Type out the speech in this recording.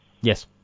yes